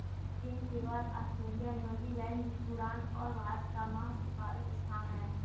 चीन के बाद ऑस्ट्रेलिया, न्यूजीलैंड, सूडान और भारत का मांस उत्पादन स्थान है